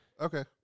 Okay